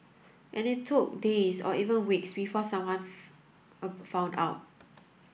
and it took days or even weeks before someone found out